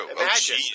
Imagine